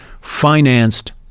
financed